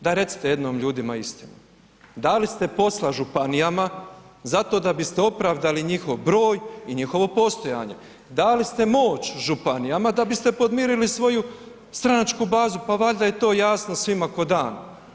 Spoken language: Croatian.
Daj recite jednom ljudima istinu, dali ste posla županijama zato da biste opravdali njihov broj i njihovo postojanje, dali ste moć županijama da biste podmirili svoju stranačku bazu, pa valjda je to jasno svima ko dan.